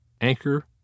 Anchor